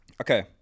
Okay